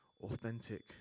authentic